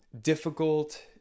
Difficult